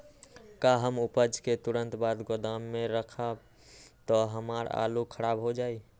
का हम उपज के तुरंत बाद गोदाम में रखम त हमार आलू खराब हो जाइ?